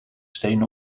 stenen